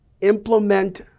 implement